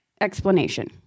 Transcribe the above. explanation